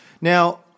Now